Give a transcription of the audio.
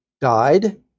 died